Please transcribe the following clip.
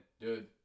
dude